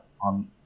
on